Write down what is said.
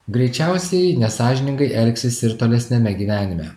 greičiausiai nesąžiningai elgsis ir tolesniame gyvenime